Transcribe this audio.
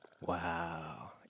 Wow